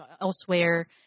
elsewhere